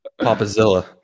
Papazilla